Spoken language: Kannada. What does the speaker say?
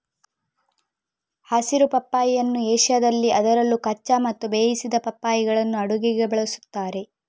ಹಸಿರು ಪಪ್ಪಾಯಿಯನ್ನು ಏಷ್ಯಾದಲ್ಲಿ ಅದರಲ್ಲೂ ಕಚ್ಚಾ ಮತ್ತು ಬೇಯಿಸಿದ ಪಪ್ಪಾಯಿಗಳನ್ನು ಅಡುಗೆಗೆ ಬಳಸುತ್ತಾರೆ